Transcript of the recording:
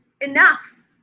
enough